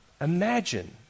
Imagine